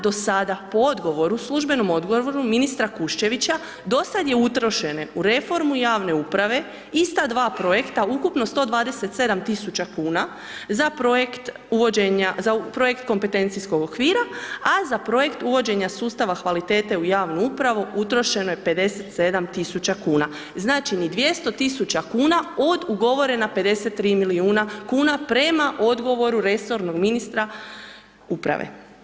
Do sada, po odgovoru, službenom odgovoru ministra Kuščevića, dosad je utrošeno u reformu javne uprave ista dva projekta ukupno 127 tisuća kuna, za projekt kompetencijskog okvira, a za projekt uvođenja sustava kvalitete u javnu upravu utrošeno je 57 tisuća kuna, znači ni 200 tisuća kuna, od ugovorena 53 milijuna kuna, prema odgovoru resornog ministra uprave.